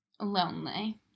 lonely